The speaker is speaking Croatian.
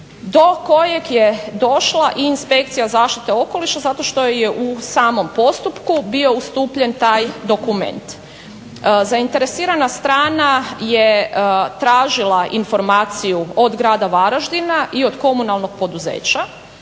do kojeg je došla i Inspekcija zaštite okoliša zato što je u samom postupku bio ustupljen taj dokument. Zainteresirana strana je tražila informaciju od grada Varaždina i od komunalnog poduzeća